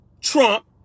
Trump